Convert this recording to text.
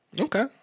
Okay